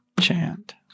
chant